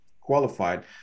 qualified